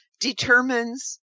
determines